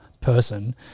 person